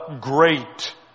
Great